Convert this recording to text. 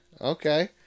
okay